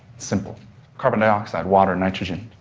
simple carbon dioxide, water, nitrogen,